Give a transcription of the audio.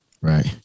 Right